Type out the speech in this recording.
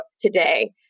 today